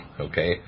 okay